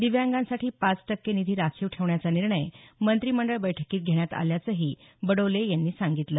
दिव्यांगांसाठी पाच टक्के निधी राखीव ठेवण्याचा निर्णय मंत्रिमंडळ बैठकीत घेण्यात आल्याचंही बडोले यांनी सांगितलं